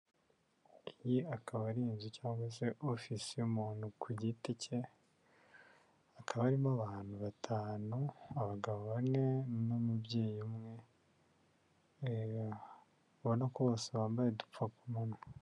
Iyi akaba ari inzu cyangwa se ofisi y'umuntu ku giti cye, hakaba harimo abantu batanu abagabo bane n'umubyeyi umwe ubona ko bose bambaye udupfakumananywa.